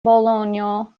bolonjo